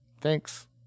Thanks